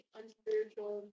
unspiritual